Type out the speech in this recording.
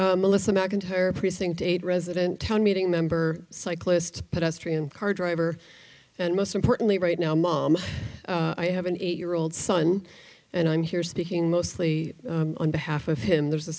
yes melissa macintyre precinct eight resident town meeting member cyclist pedestrian car driver and most importantly right now mom i have an eight year old son and i'm here speaking mostly on behalf of him there's